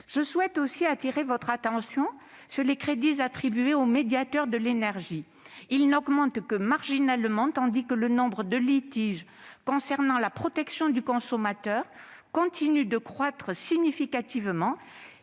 Je souhaite aussi attirer votre attention sur les crédits attribués au médiateur national de l'énergie : ils n'augmentent que marginalement tandis que le nombre de litiges concernant la protection du consommateur continue de croître significativement-